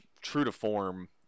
true-to-form